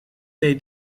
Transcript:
they